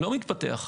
לא מתפתח.